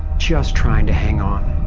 just trying to hang on.